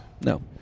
No